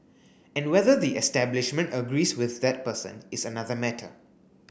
and whether the establishment agrees with that person is another matter